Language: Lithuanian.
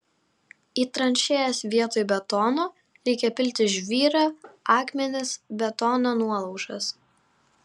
į tranšėjas vietoj betono reikia pilti žvyrą akmenis betono nuolaužas